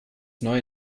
neue